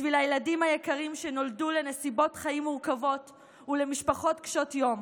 בשביל הילדים היקרים שנולדו לנסיבות חיים מורכבות ולמשפחות קשות יום.